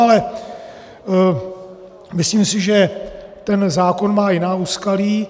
Ale myslím si, že ten zákon má jiná úskalí.